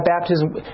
baptism